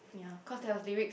ya cause there was lyrics